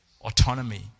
autonomy